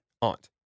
Aunt